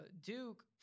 Duke